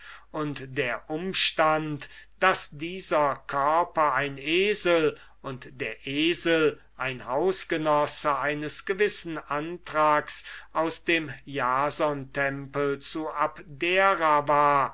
und der umstand daß dieser körper ein esel und der esel ein hausgenosse eines gewissen anthrax aus dem jasontempel zu abdera war